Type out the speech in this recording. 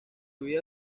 vida